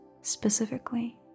specifically